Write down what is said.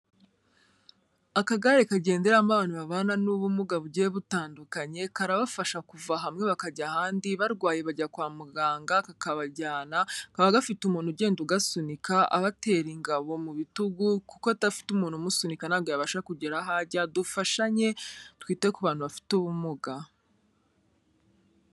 Akagare kagenderamo abantu babana n'ubumuga bugiye butandukanye, karabafasha kuva hamwe bakajya ahandi, barwaye bajya kwa muganga kakabajyana, kaba gafite umuntu ugenda ugasunika, abatera ingabo mu bitugu kuko adafite umuntu umusunika ntabwo yabasha kugera aho ajya, dufashanye, twite ku bantu bafite ubumuga.